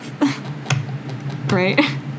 Right